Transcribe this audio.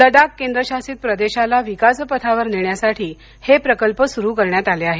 लदाख केंद्रशासीत प्रदेशाला विकासपथावर नेण्यासाठी हे प्रकल्प सुरू करण्यात आले आहेत